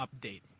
update